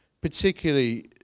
particularly